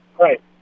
Right